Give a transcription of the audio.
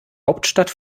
hauptstadt